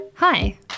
Hi